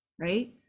right